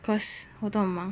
cause 互动吗